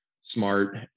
smart